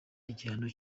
igihano